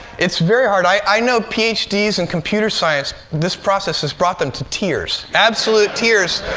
it's very hard. i i know ph d s in computer science this process has brought them to tears, absolute tears.